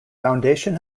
foundation